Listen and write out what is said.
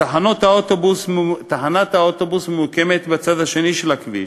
תחנת האוטובוס ממוקמת בצד השני של הכביש.